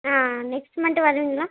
next month வருவிங்களா